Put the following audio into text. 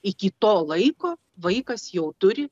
iki to laiko vaikas jau turi